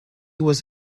was